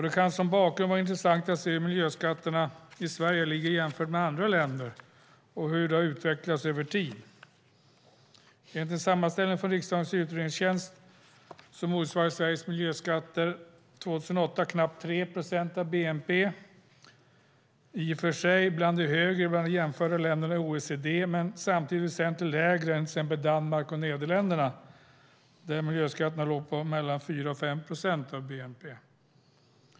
Det kan som bakgrund vara intressant att se hur miljöskatterna i Sverige ligger jämfört med andra länder och hur de har utvecklats över tid. Enligt en sammanställning från riksdagens utredningstjänst motsvarade Sveriges miljöskatter 2008 knappt 3 procent av bnp, vilket i och för sig är bland de högre bland de jämförda länderna i OECD men samtidigt väsentligt lägre än i till exempel Danmark och Nederländerna, där miljöskatterna låg på mellan 4 och 5 procent av bnp.